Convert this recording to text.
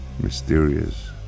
mysterious